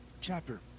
chapter